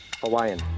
Hawaiian